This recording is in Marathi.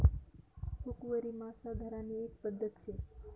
हुकवरी मासा धरानी एक पध्दत शे